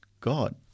God